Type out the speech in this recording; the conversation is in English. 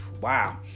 wow